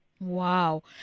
Wow